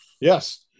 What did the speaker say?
Yes